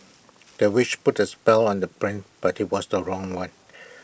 the witch put A spell on the prince but IT was the wrong one